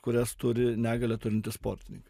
kurias turi negalią turintys sportininkai